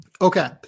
Okay